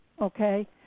okay